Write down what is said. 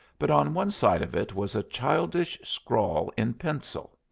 but on one side of it was a childish scrawl in pencil.